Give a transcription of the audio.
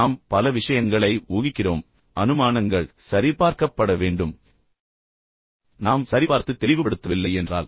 நாம் பல விஷயங்களை ஊகிக்கிறோம் மேலும் அனுமானங்கள் மற்றும் அனுமானங்கள் சரிபார்க்கப்பட வேண்டும் நாம் சரிபார்த்து தெளிவுபடுத்தவில்லை என்றால்